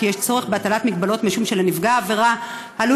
כי יש צורך בהטלת הגבלות משום שלנפגע העבירה עלול